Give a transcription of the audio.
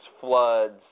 floods